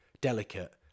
delicate